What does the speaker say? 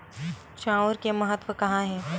चांउर के महत्व कहां हे?